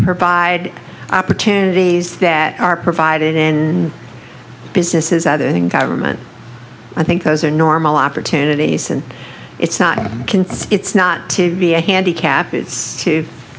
provide opportunities that are provided in businesses out in government i think those are normal opportunities and it's not it's not to be a handicap i